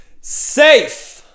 safe